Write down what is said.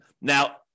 Now